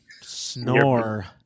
snore